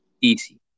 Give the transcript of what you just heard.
easy